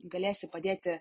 galėsi padėti